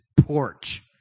porch